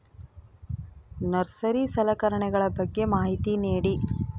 Nursery ಸಲಕರಣೆಗಳ ಬಗ್ಗೆ ಮಾಹಿತಿ ನೇಡಿ?